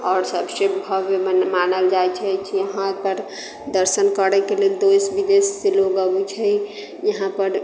आओर सभसे भव्य मने मानल जाइ छै जहाँ पर दर्शन करै के लेल देश बिदेश से लोग अबैत है इहाँ पर